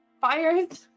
fired